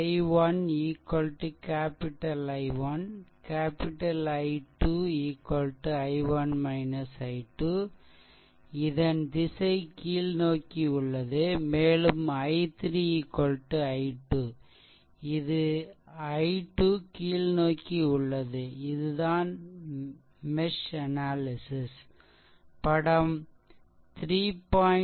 small i1 capital I1 capital I2 i1 i2 இதன் திசை கீழ்நோக்கி உள்ளது மேலும் I3 i2 இது I2 கீழ்நோக்கி உள்ளது இதுதான் மெஷ் அனாலிசிஸ் படம் 3